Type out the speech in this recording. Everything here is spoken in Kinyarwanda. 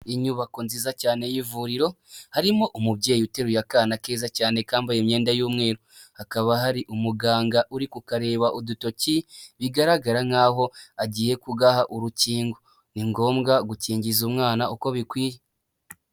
Inyubako nziza cyane y'ivuriro harimo umubyeyi uteruye akana keza cyane kambaye imyenda y'umweru, hakaba hari umuganga uri kukareba udutoki bigaragara nkaho agiye kugaha urukingo. Ni ngombwa gukingiza umwana uko bikwiye.